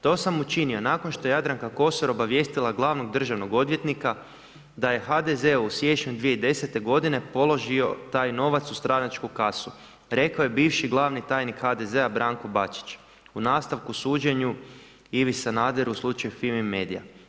To sam učinio nakon što je Jadranka Kosor obavijestila glavnog državnog odvjetnika, da je HDZ u siječnju 2010. g. položio taj novac u stranačku kasu, rekao je bivši glavni tajnik HDZ-a Branko Bačić, u nastavku suđenju Ivi Sanaderu u slučaju FIMI Medija.